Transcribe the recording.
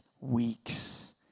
weeks